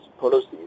policies